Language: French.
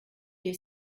est